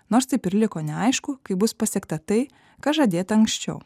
nors taip ir liko neaišku kaip bus pasiekta tai kas žadėta anksčiau